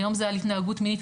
היום זה על התנהגות מינית,